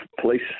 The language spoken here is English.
police